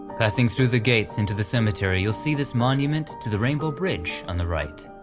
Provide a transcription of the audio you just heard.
passing through the gates into the cemetery you'll see this monument to the rainbow bridge on the right.